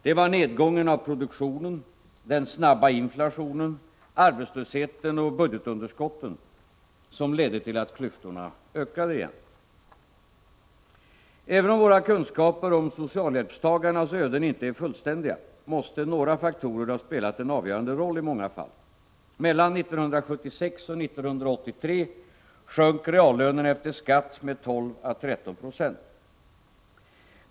Det var nedgången av produktionen, den snabba inflationen, arbetslösheten och budgetunderskotten som ledde till att klyftorna ökade igen. Även om våra kunskaper om socialhjälpstagarnas öden inte är fullständiga måste några faktorer ha spelat en avgörande roll i många fall. Mellan 1976 och 1983 sjönk reallönen efter skatt med 12 å 13 26.